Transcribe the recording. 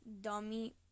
Dummy